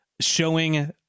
showing